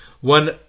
one